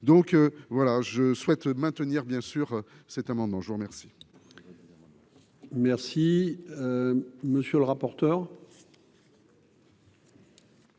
donc voilà je souhaite maintenir bien sûr cet amendement, je vous remercie. Merci, monsieur le rapporteur.